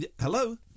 Hello